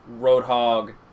Roadhog